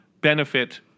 benefit